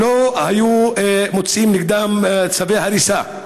לא היו מוציאים נגדם צווי הריסה.